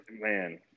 man